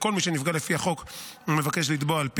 לכל מי שנפגע לפי החוק ומבקש לתבוע על פיו.